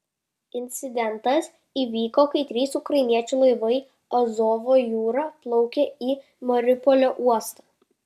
incidentas įvyko kai trys ukrainiečių laivai azovo jūra plaukė į mariupolio uostą